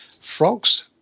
Frogs